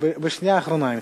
נכנסת בשנייה האחרונה.